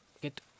get